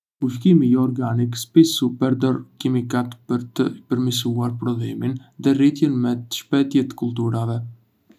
Ushqimi jo organik shpissu përdor kimikate për të përmirësuar prodhimin dhe rritjen më të shpejtë të kulturave.